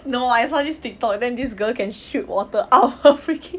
no I saw this tiktok and then this girl can shoot water out of her freaking